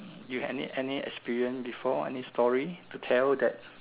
you had any any experience before any story to tell that